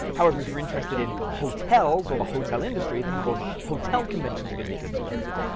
however, if you're interested in hotels, or the hotel industry, than of course, hotel conventions are gonna be good to go to.